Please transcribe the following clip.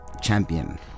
champion